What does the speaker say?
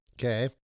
Okay